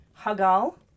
Hagal